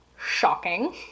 Shocking